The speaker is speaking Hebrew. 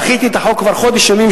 דחיתי את החוק כבר חודש ימים,